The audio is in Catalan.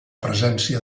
presència